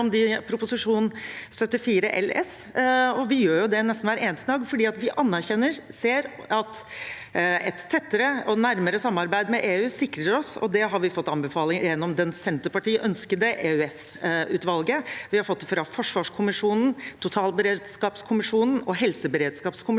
vi anerkjenner og ser at et tettere og nærmere samarbeid med EU sikrer oss. Det har vi fått anbefalinger om gjennom det Senterpartiønskede EØS-utvalget, og vi har fått det fra forsvarskommisjonen, totalberedskapskommisjonen og helseberedskapskommisjonen,